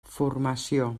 formació